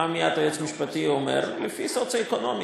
בא מייד היועץ המשפטי אומר: לפי סוציו-אקונומי.